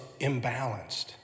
imbalanced